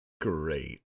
Great